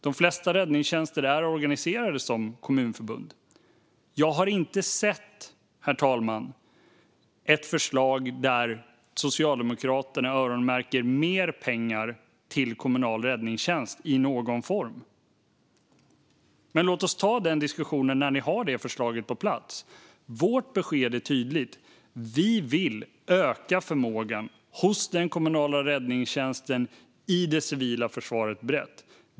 De flesta räddningstjänster är organiserade som kommunförbund. Jag har inte sett, herr ålderspresident, ett förslag där Socialdemokraterna öronmärker mer pengar till kommunal räddningstjänst i någon form. Men låt oss ta den diskussionen när ni har ett sådant förslag på plats. Vårt besked är tydligt: Vi vill öka förmågan brett hos den kommunala räddningstjänsten i det civila försvaret.